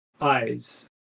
eyes